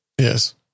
Yes